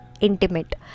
intimate